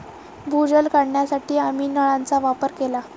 भूजल काढण्यासाठी आम्ही नळांचा वापर केला